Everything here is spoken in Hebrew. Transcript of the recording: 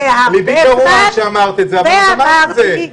לבי קרוע שאמרת את זה, אבל אמרת את זה.